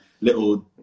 little